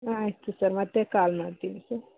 ಆಯಿತು ಸರ್ ಮತ್ತೆ ಕಾಲ್ ಮಾಡ್ತೀನಿ ಸರ್